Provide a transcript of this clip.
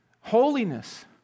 Holiness